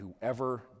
whoever